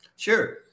Sure